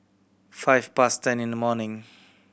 five past ten in the morning